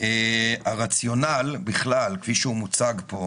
אני רוצה להתייחס לרציונל כפי שהוא מוצג פה.